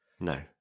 No